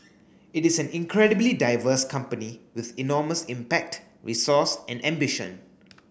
it is an incredibly diverse company with enormous impact resource and ambition